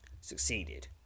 Succeeded